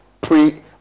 pre